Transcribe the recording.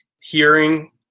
hearing